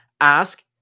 Ask